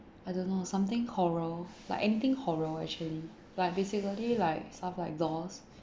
I don't know something horror like anything horror actually like basically like stuff like dolls